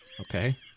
Okay